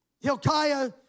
Hilkiah